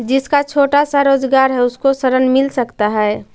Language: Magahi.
जिसका छोटा सा रोजगार है उसको ऋण मिल सकता है?